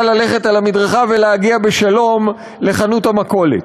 ללכת על המדרכה ולהגיע בשלום לחנות המכולת.